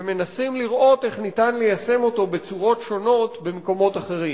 ומנסים לראות איך אפשר ליישם אותו בצורות שונות במקומות אחרים,